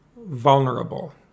vulnerable